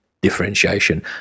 Differentiation